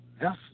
Yes